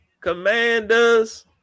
commanders